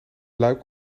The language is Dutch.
luik